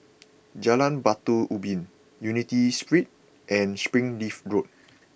Jalan Batu Ubin Unity Street and Springleaf Road